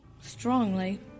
strongly